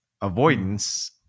avoidance